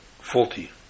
faulty